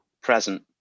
present